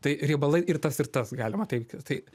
tai riebalai ir tas ir tas galima teigti tai